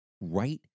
right